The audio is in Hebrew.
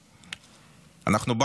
לצערי.